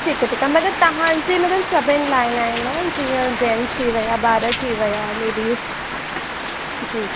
ठीकु आहे ठीकु आहे मतिलब तव्हांजे मतिलब सभिनि लाइ न आहे न जीअं जेन्ट्स थी विया ॿार थी विया लेडीज़ जी